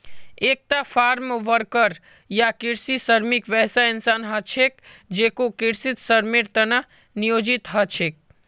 एकता farmworker या कृषि श्रमिक वैसा इंसान ह छेक जेको कृषित श्रमेर त न नियोजित ह छेक